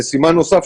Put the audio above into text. סימן נוסף,